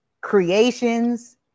creations